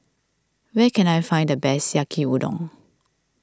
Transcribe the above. where can I find the best Yaki Udon